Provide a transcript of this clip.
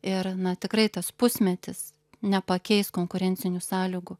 ir na tikrai tas pusmetis nepakeis konkurencinių sąlygų